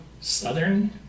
southern